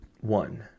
one